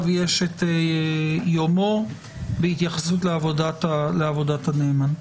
יש את יומו בהתייחסות לעבודת הנאמן.